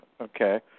Okay